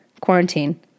quarantine